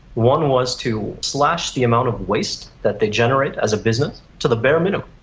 one was to slash the amount of waste that they generate as a business, to the bare minimum.